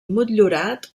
motllurat